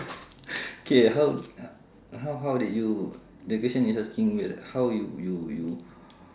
K how how how did you the question is asking weird how you you you